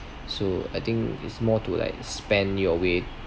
so I think it's more to like spend your way